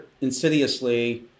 insidiously